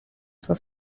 for